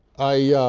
i